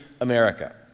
America